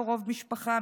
קרוב משפחה,